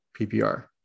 PPR